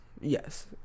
Yes